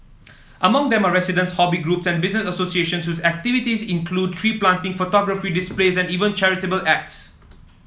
among them are residents hobby group and business associations activities include tree planting photography display even charitable acts